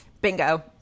Bingo